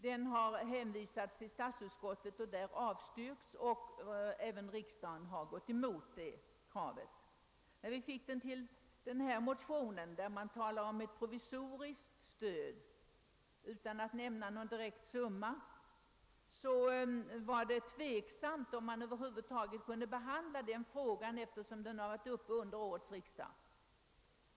Både bevillningsut skottet och statsutskottet har avstyrkt motionerna, och även riksdagen har gått emot dessa krav. När vi till allmänna beredningsutskottet fick denna motion om ett provisoriskt stöd — motionärerna anger inget belopp — var det tveksamt om vi kunde ta upp motionen till behandling, eftersom frågan tidigare behandlats under årets riksdag.